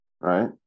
Right